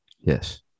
Yes